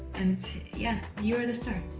and yeah you're the star